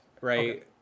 right